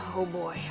oh boy,